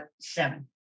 seven